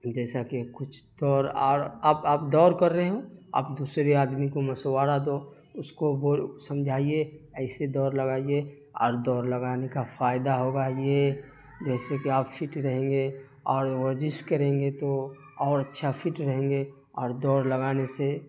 جیسا کہ کچھ دوڑ اور آپ آپ دوڑ کر رہے ہوں آپ دوسرے آدمی کو مشورہ دو اس کو وہ سمجھائیے ایسی دوڑ لگائیے اور دوڑ لگانے کا فائدہ ہوگا یہ جیسے کہ آپ فٹ رہیں گے اور ورزش کریں گے تو اور اچھا فٹ رہیں گے اور دوڑ لگانے سے